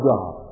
God